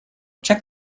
check